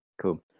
Cool